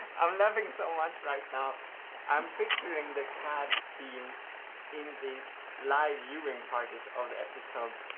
i'm laughing so much right now i'm picturing the cad team in these live-viewing parties of the episodes,